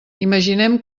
imaginem